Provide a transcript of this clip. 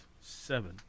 seven